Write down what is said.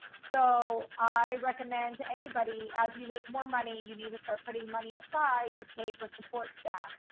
so i recommend to anybody as you make more money, you need to start putting money aside to pay for support staff.